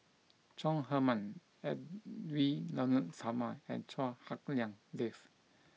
Chong Heman Edwy Lyonet Talma and Chua Hak Lien Dave